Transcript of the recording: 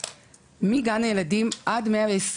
לגן הילדים ועד 120 שנה.